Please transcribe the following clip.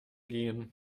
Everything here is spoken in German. gehen